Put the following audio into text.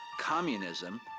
Communism